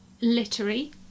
literary